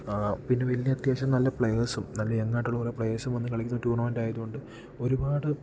പിന്ന വലിയ അത്യാവശ്യം നല്ല പ്ലെയേഴ്സും നല്ല യെങ്ങായിട്ടുള്ള കുറേ പ്ലയേഴ്സും ഇന്ന് കളിക്കുന്ന ടൂർണമെൻ്റ് ആയതുകൊണ്ട് ഒരുപാട്